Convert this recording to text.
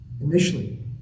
initially